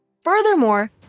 Furthermore